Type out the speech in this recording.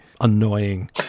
annoying